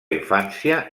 infància